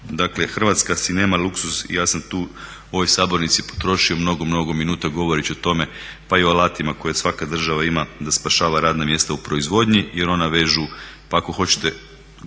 Dakle Hrvatska si nema luksuz i ja sam tu u ovoj sabornici potrošio mnogo, mnogo minuta govoreći o tome pa i o alatima koje svaka država ima da spašava radna mjesta u proizvodnji jer ona vežu pa ako hoćete